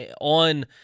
on